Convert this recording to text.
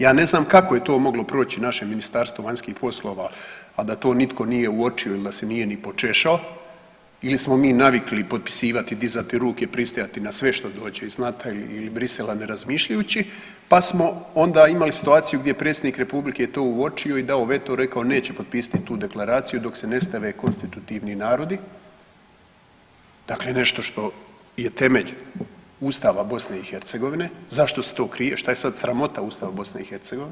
Ja ne znam kako je to moglo proći našem Ministarstvu vanjskih poslova, a da to nitko nije uočio ili da se nije ni počešao ili smo mi navikli potpisivati i dizati ruke i pristajati na sve što dođe iz NATO-a ili Brisela ne razmišljajući, pa smo onda imali situaciju gdje je predsjednik republike to uočio i dao veto i rekao neće potpisati tu deklaraciju dok se ne stave konstitutivni narodi, dakle nešto što je temelj Ustava BiH, zašto se to krije, šta je sad sramota u Ustavu BiH.